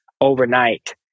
overnight